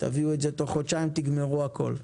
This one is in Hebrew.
תביאו את זה תוך חודשיים ותגמרו הכול.